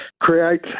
create